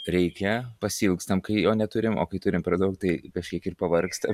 reikia pasiilgstam kai jo neturim o kai turim per daug tai kažkiek ir pavargstam